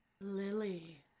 Lily